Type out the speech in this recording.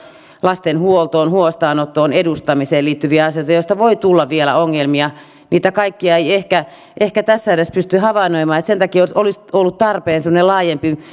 lasten huoltoon huostaanottoon ja edustamiseen liittyviä asioita joista voi tulla vielä ongelmia niitä kaikkia ei ehkä ehkä tässä edes pysty havainnoimaan niin että sen takia olisi ollut tarpeen semmoinen laajempi